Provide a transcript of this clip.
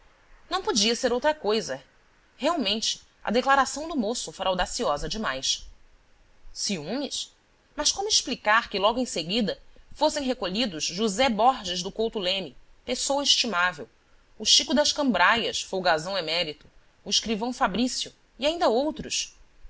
não podia ser outra coisa realmente a declaração do moço fora audaciosa demais ciúmes mas como explicar que logo em seguida fossem recolhidos josé borges do couto leme pessoa estimável o chico das cambraias folgazão emérito o escrivão fabrício e